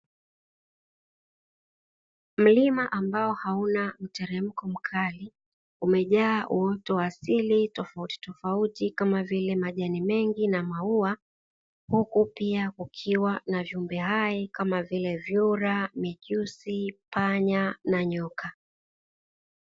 Mlima ambao hauna mteremko mkali umejaa uoto asili tofautitofauti kama vile majani mengi na maua, huku pia kukiwa na viumbe hai kama vile vyura, mijusi, panya na nyoka.